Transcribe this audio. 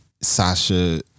Sasha